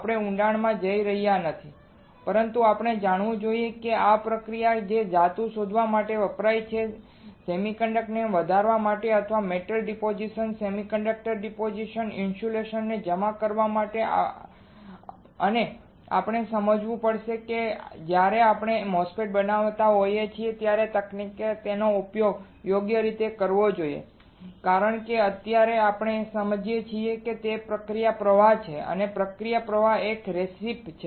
આપણે ઊંડાણમાં જઈ રહ્યા નથી પરંતુ આપણે જાણવું જોઈએ કે આ પ્રક્રિયાઓ છે જે ધાતુને વધવા માટે વપરાય છે સેમિકન્ડક્ટરને વધવા માટે અથવા metal deposit semiconductor deposit insulator ને જમા કરવા માટે અને આપણે સમજવું પડશે કે જ્યારે આપણે MOSFET બનાવતા હોઈએ ત્યારે તકનીકનો આપણે તેનો યોગ્ય ઉપયોગ કરવો જોઈએ કારણ કે અત્યારે આપણે જે સમજીએ છીએ તે પ્રક્રિયા પ્રવાહ છે પ્રક્રિયા પ્રવાહ એક રેસીપી છે